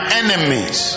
enemies